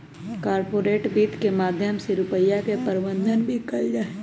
corporate वित्त के माध्यम से रुपिया के प्रबन्धन भी कइल जाहई